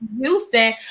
Houston